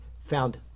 found